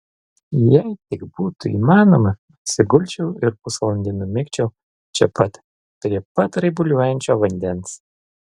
jei tik būtų įmanoma atsigulčiau ir pusvalandį numigčiau čia pat prie pat raibuliuojančio vandens